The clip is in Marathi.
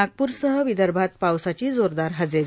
नागप्ररसह विदर्भात पावसाची जोरदार हजेरी